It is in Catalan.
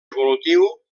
evolutiu